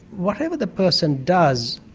whatever the person does,